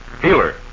Healer